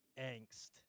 angst